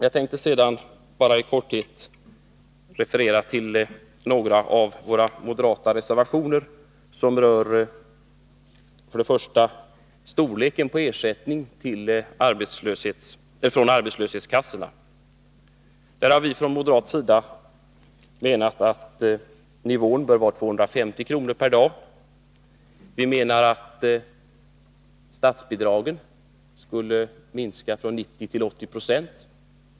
Jag tänkte sedan bara i korthet referera till några av våra moderata reservationer, och först dem som rör storleken på ersättningen från arbetslöshetskassorna. Där har vi från moderat sida ansett att nivån bör vara 250 kr. per dag. Vi menar att statsbidraget skulle minska från 90 till 80 26.